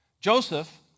Joseph